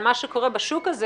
על מה שקורה בשוק הזה